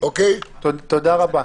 תודה רבה.